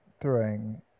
throwing